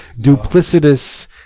duplicitous